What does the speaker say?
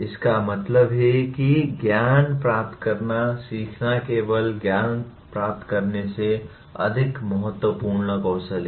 इसका मतलब है कि ज्ञान प्राप्त करना सीखना केवल ज्ञान प्राप्त करने से अधिक महत्वपूर्ण कौशल है